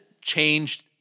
changed